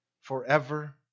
forever